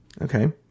Okay